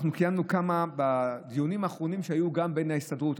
בדיונים האחרונים שהיו בהסתדרות,